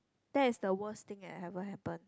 that is the worst thing that ever happen